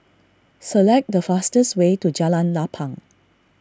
select the fastest way to Jalan Lapang